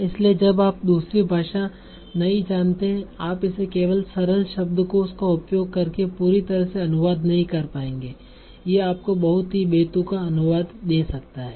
इसलिए जब तक आप दूसरी भाषा नहीं जानते हैं आप इसे केवल सरल शब्दकोश का उपयोग करके पूरी तरह से अनुवाद नहीं कर पाएंगे यह आपको बहुत ही बेतुका अनुवाद दे सकता है